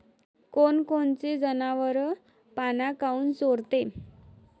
कोनकोनचे जनावरं पाना काऊन चोरते?